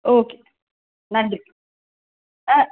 okay நன்றி ஆ